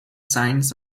signs